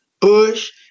Bush